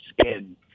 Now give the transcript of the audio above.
skin